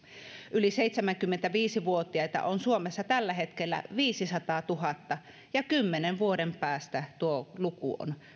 yli seitsemänkymmentäviisi vuotiaita on suomessa tällä hetkellä viisisataatuhatta ja kymmenen vuoden päästä tuo luku on